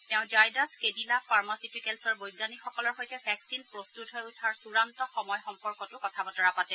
তেওঁ Zydus Cadila ফাৰ্মচিটিকেলছৰ বৈজ্ঞানিকসকলৰ সৈতে ভেকচিন প্ৰস্তুত হৈ উঠাৰ চূড়ান্ত সময় সম্পৰ্কতো কথা বতৰা পাতে